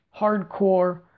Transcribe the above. hardcore